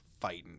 fighting